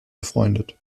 befreundet